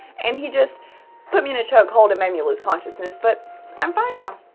and he just. put me in a choke hold and made me loose consciousness, but i'm fine now.